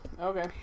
Okay